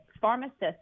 pharmacists